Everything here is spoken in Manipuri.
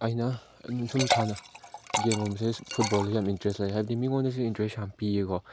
ꯑꯩꯅ ꯑꯗꯨꯁꯨꯝ ꯁꯥꯟꯅ ꯒꯦꯝꯒꯨꯝꯕꯁꯦ ꯐꯨꯠꯕꯣꯜꯁꯦ ꯌꯥꯝ ꯏꯟꯇ꯭ꯔꯦꯁ ꯂꯩ ꯍꯥꯏꯕꯗꯤ ꯃꯤꯉꯣꯟꯗꯁꯨ ꯏꯟꯇ꯭ꯔꯦꯁ ꯌꯥꯝ ꯄꯤꯌꯦꯀꯣ